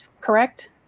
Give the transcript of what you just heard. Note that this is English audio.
correct